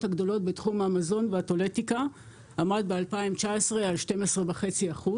הגדולות בתחום המזון והטואלטיקה עמד ב-2019 על 12.5%,